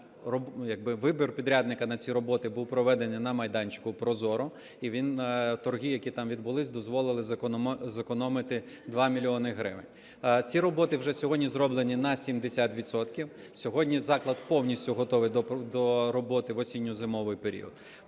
вибір підрядника на ці роботи був проведений на майданчику ProZorro, і торги, які там відбулися, дозволили зекономити 2 мільйони гривень. Ці роботи вже сьогодні зроблені на 70 відсотків. Сьогодні заклад повністю готовий до роботи в осінньо-зимовий період.